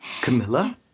Camilla